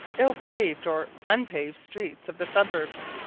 ill-paved or unpaved streets of the suburbs,